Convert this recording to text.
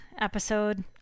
episode